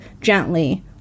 gently